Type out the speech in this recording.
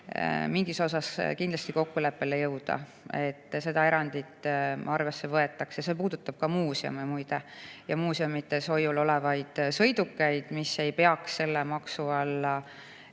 mingis osas kokkuleppele jõuda, et seda erandit kindlasti arvesse võetaks. See puudutab ka muuseume, muide, ja muuseumides hoiul olevaid sõidukeid, mis ei peaks selle maksu alla